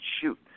shoot